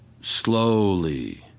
slowly